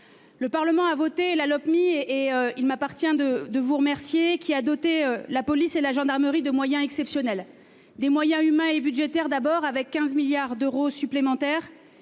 Le Parlement a voté la Lopmi et et il m'appartient de de vous remercier qui a doté la police et la gendarmerie de moyens exceptionnels des moyens humains et budgétaires d'abord avec 15 milliards d'euros supplémentaires